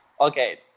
Okay